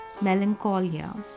melancholia